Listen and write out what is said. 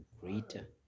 greater